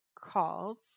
calls